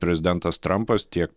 prezidentas trampas tiek